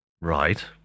Right